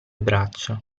braccia